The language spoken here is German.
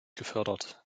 gefördert